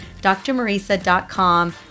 drmarisa.com